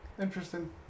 interesting